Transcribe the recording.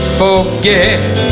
forget